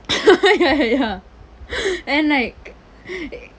ya ya ya and like